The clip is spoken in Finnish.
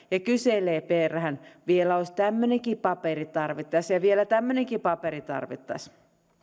ja kyselee perään vielä tämmöinenkin paperi tarvittaisiin ja vielä tämmöinenkin paperi tarvittaisiin